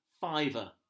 fiver